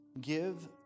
give